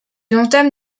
entame